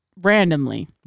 Randomly